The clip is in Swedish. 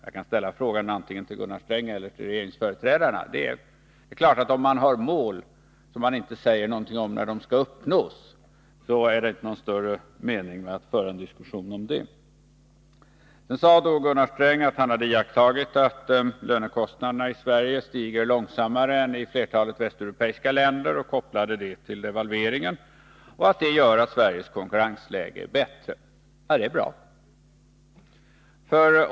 Jag kan ställa frågan Nr 150 antingen till Gunnar Sträng eller till regeringens företrädare. Har man mål, Torsdagen den beträffande vilka man inte säger någonting om när de skall uppnås, är det inte 19 maj 1983 någon större mening med att föra en diskussion om dem. Gunnar Sträng sade att han hade iakttagit att lönekostnaderna i Sverige stiger långsammare än i flertalet västeuropeiska länder. Han kopplade detta till devalveringen och ansåg att den hade gjort Sveriges konkurrensläge bättre. Ja, det är bra.